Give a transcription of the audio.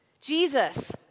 Jesus